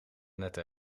netten